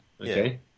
okay